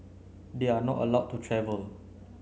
they are not allowed to travel